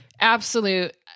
absolute